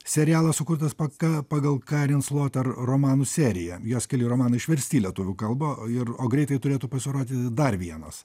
serialas sukurtas paka pagal karin sloter romanų seriją jos keli romanai išversti į lietuvių kalbą o ir o greitai turėtų pasirodyti dar vienas